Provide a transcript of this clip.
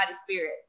spirit